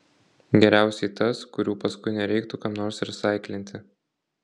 geriausiai tas kurių paskui nereiktų kam nors resaiklinti